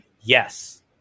Yes